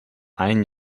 ein